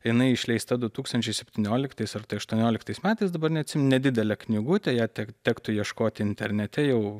jinai išleista du tūkstančiai septynioliktais ar aštuonioliktais metais dabar neatsimenu nedidelė knygutė ją te tektų ieškoti internete jau